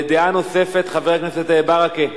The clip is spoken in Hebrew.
דעה נוספת, חבר הכנסת ברכה.